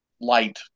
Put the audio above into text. light